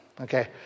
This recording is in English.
Okay